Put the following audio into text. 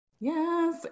Yes